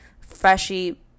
Freshy